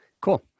Cool